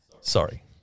Sorry